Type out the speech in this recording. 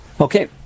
Okay